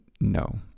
no